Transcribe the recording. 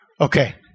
Okay